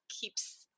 keeps